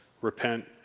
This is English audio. repent